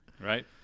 right